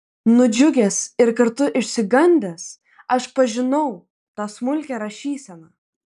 nudžiugęs ir kartu išsigandęs aš pažinau tą smulkią rašyseną